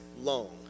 long